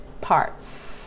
parts